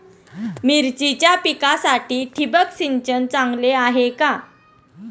मिरचीच्या पिकासाठी ठिबक सिंचन चांगले आहे का?